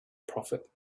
prophet